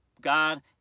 God